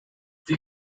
die